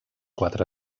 quatre